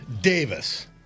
Davis